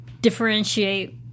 differentiate